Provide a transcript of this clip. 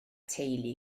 teulu